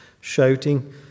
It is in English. shouting